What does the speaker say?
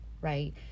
right